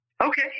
Okay